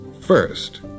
first